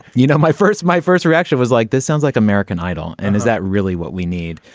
you know my first my first reaction was like this sounds like american idol and is that really what we need.